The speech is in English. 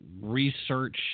research